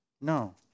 No